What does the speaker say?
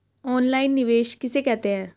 Online निवेश किसे कहते हैं?